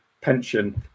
pension